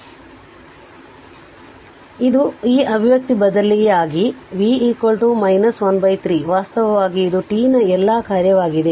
ಆದ್ದರಿಂದ ಇದು ಈ ಅಭಿವ್ಯಕ್ತಿ ಬದಲಿಯಾಗಿ v 13 ವಾಸ್ತವವಾಗಿ ಇದು t ನ ಎಲ್ಲಾ ಕಾರ್ಯವಾಗಿದೆ